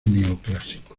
neoclásico